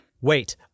Wait